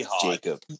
Jacob